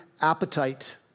appetite